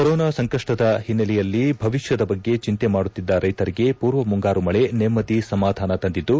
corona ಸಂಕಪ್ಟದ ಹಿನ್ನೆಲೆಯಲ್ಲಿ ಭವಿಷ್ಠದ ಬಗ್ಗೆ ಚಂತೆ ಮಾಡುತ್ತಿದ್ದ ರೈತರಿಗೆ ಪೂರ್ವ ಮುಂಗಾರು ಮಳೆ ನೆಮ್ಮದಿ ಸಮಾಧಾನ ತಂದಿದ್ದು